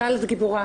גל, את גיבורה.